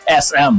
SM